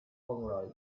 pomeroy